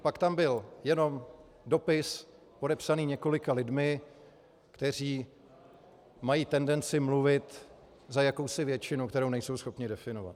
Pak tam byl jenom dopis podepsaný několika lidmi, kteří mají tendenci mluvit za jakousi většinu, kterou nejsou schopni definovat.